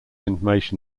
information